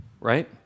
right